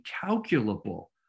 calculable